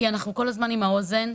אנחנו כל הזמן עם האוזן.